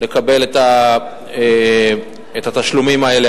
לקבל את התשלומים האלה.